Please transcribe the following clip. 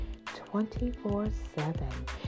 24-7